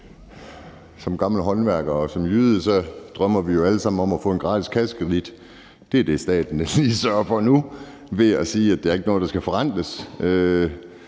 Som gammel håndværker og som jyde drømmer jeg ligesom alle andre jo om at få en gratis kassekredit. Det er det, staten lige sørger for nu, ved at sige, at der ikke er noget, der skal forrentes.